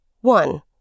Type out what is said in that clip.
One